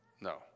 No